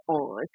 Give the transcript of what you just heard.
on